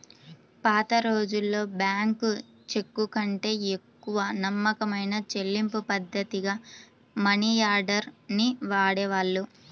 పాతరోజుల్లో బ్యేంకు చెక్కుకంటే ఎక్కువ నమ్మకమైన చెల్లింపుపద్ధతిగా మనియార్డర్ ని వాడేవాళ్ళు